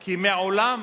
כי מעולם